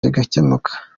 kigakemuka